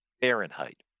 Fahrenheit